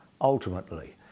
ultimately